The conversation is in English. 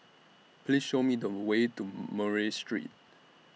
Please Show Me The Way to Murray Street